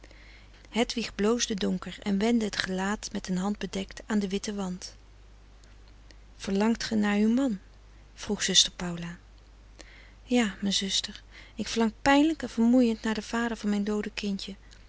hedwig bloosde donker en wendde het gelaat met een hand bedekt aan den witten wand verlangt ge naar uw man vroeg zuster paula ja mijn zuster ik verlang pijnlijk en vermoeiend naar den vader van mijn doode kindje